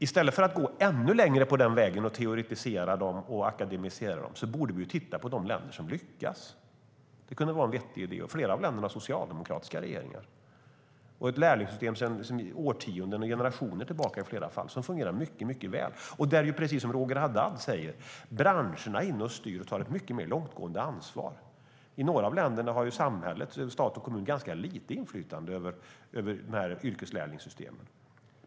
I stället för att gå ännu längre på den vägen och fortsätta att teoretisera och akademisera dem, eller uppfinna en helt egen modell, borde vi titta på de länder som lyckas. Det kunde vara en vettig idé. Flera av dessa länder har socialdemokratiska regeringar. I flera fall har de sedan årtionden och generationer tillbaka ett lärlingssystem som fungerar mycket väl. Precis som Roger Haddad säger är branscherna inne och styr och tar ett mycket mer långtgående ansvar. I några av länderna har samhället - stat och kommun - ganska lite inflytande över yrkeslärlingssystemen.